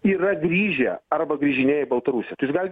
yra grįžę arba grįžinėja į baltarusiją tai jūs galit